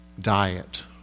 diet